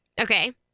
Okay